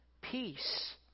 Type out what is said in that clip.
peace